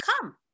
come